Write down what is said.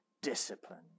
discipline